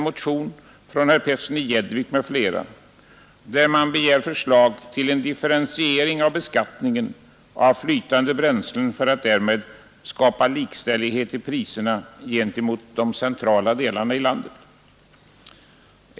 ring av beskattningen av flytande bränslen för att därmed skapa likställighet i priserna gentemot de centrala delarna av landet.